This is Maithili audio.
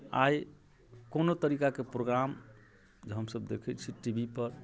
आइ कोनो तरीकाके प्रोग्राम जे हमसभ देखैत छी टी वी पर